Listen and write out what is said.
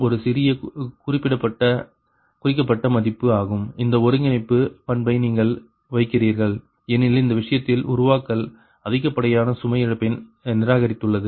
ஒரு சிறிய குறிக்கப்பட்ட மதிப்பு ஆகும் இந்த ஒருங்கிணைப்பு பண்பை நீங்கள் வைக்கிறீர்கள் ஏனெனில் இந்த விஷயத்தில் உருவாக்கல் அதிகப்படியான சுமை இழப்பை நிராகரித்துள்ளது